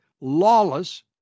lawless